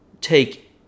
take